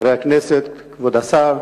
חברי הכנסת, כבוד השר,